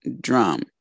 drum